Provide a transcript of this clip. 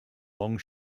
long